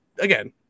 again